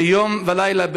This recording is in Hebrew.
שיום ולילה,